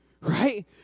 right